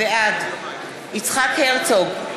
בעד יצחק הרצוג,